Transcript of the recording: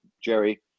Jerry